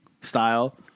style